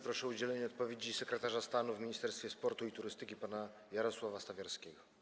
Proszę o udzielenie odpowiedzi sekretarza stanu w Ministerstwie Sportu i Turystyki pana Jarosława Stawiarskiego.